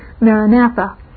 Maranatha